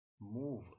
move